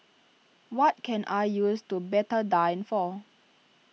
what can I use do Betadine for